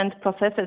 processes